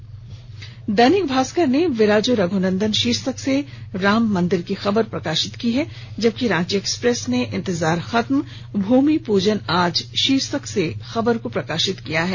वहीं दैनिक भास्कर ने विराजो रघुनंदन शीर्षक से राम मंदिर की खबर को प्रकाशित किया है जबकि रांची एक्सप्रेस ने इंतजार खत्म भूमि पूजन आज शीर्षक से खबर को प्रकाशित किया है